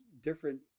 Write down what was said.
different